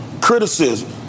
criticism